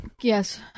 yes